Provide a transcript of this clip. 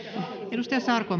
arvoisa rouva